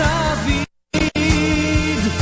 David